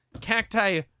Cacti